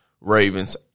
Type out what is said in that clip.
Ravens